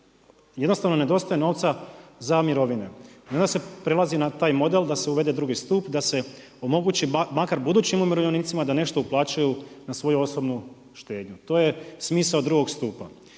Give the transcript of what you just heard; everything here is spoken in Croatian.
Jednostavno nedostaje novca za mirovine. I onda se prelazi na taj model da se uvede drugi stup, da se omogući makar budućim umirovljenicima da nešto uplaćuju na svoju osobnu štednju. To je smisao drugog stupa.